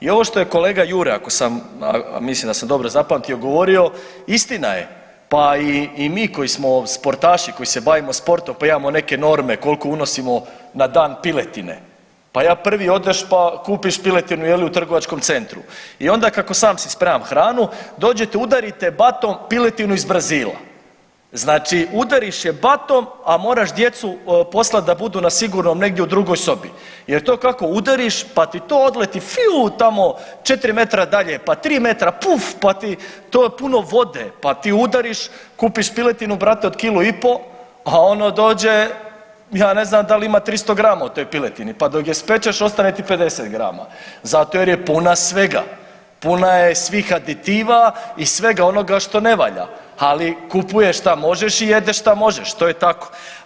I ovo što je kolega Jure ako sam, a mislim da sam dobro zapamtio, govorio istina je, pa i mi koji smo sportaši koji se bavimo sportom pa imamo neke norme koliko unosimo na dan piletine, pa ja prvi odeš pa kupiš piletinu u trgovačkom centru i onda kako sam si spremam hranu dođete udarite batom piletinu iz Brazila, znači udariš je batom, a moraš djecu poslat da budu na sigurnom negdje u drugoj sobi jer to kako udariš pa ti to odleti fijuu tamo četiri metra dalje, pa tri metra puf pa ti to je puno vode, pa ti udariš kupiš piletinu brate od kilu i po, a ono dođe ja ne znam da li ima 300 grama u toj piletini, pa dok je spečeš ostane ti 50 grama zato jer je puna svega, puna je svih aditiva i svega onoga što ne valja, ali kupuješ šta možeš i jedeš šta možeš to je tako.